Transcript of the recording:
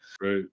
Right